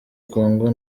congo